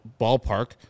ballpark